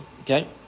Okay